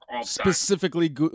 Specifically